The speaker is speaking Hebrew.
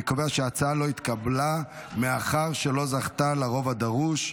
אני קובע שההצעה לא התקבלה מאחר שלא זכתה לרוב הדרוש.